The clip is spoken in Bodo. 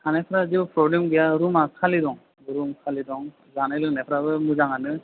थानायफ्रा जेबो प्रब्लेम गैया रुमा खालि दं रुम खालि दं जानाय लोंनायफ्राबो मोजाङानो